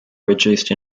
reduced